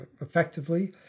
effectively